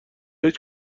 هیچ